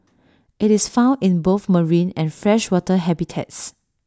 IT is found in both marine and freshwater habitats